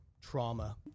trauma